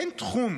אין תחום,